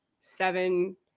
seven